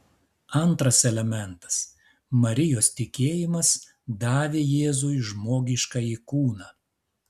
antras elementas marijos tikėjimas davė jėzui žmogiškąjį kūną